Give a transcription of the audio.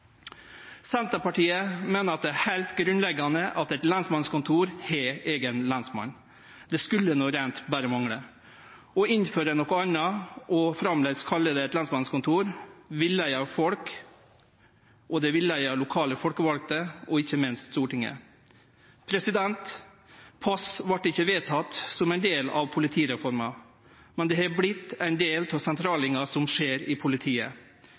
Senterpartiet meiner at det er heilt grunnleggjande at eit lensmannskontor har eigen lensmann. Det skulle no berre mangle. Å innføre noko anna og framleis kalle det eit lensmannskontor villeier folk, og det villeier lokale folkevalde og ikkje minst Stortinget. Pass vart ikkje vedteke som ein del av politireforma, men det har vorte ein del av sentraliseringa som skjer i politiet.